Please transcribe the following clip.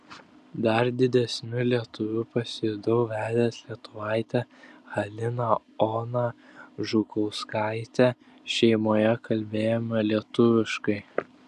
dar didesniu lietuviu pasijutau vedęs lietuvę haliną oną žukauskaitę šeimoje kalbėjome lietuviškai